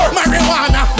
Marijuana